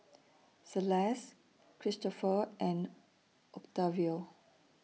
Celeste Kristofer and Octavio